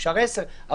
אפשר 10,